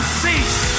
cease